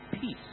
peace